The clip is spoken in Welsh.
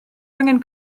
angen